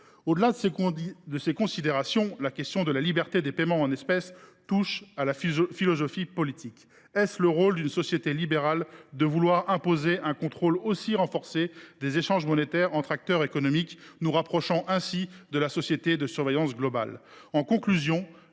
Au delà de ces considérations, la liberté des paiements en espèces relève de la philosophie politique. Est ce le rôle d’une société libérale que d’imposer un contrôle aussi renforcé des échanges monétaires entre acteurs économiques, nous rapprochant ainsi de la société de surveillance globale ?